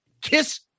Kiss